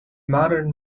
modern